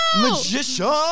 magician